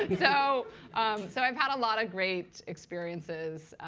yeah so so i've had a lot of great experiences.